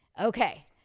Okay